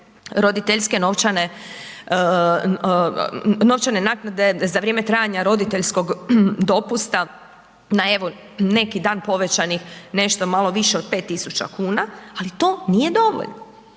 roditeljske novčane, novčane naknade za vrijeme trajanja roditeljskog dopusta na evo, neki dan povećani nešto malo više od 5.000,00 kn, ali to nije dovoljno.